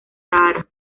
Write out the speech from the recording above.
sahara